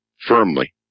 firmly